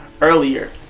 earlier